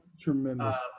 tremendous